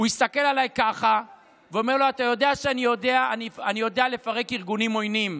הוא הסתכל עליי ככה ואמר לי: אתה יודע שאני יודע לפרק ארגונים עוינים.